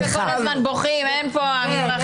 כמה ביטונים, וכל הזמן בוכים: איפה המזרחיים?